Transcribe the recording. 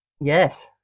Yes